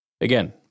Again